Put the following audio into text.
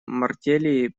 мартелли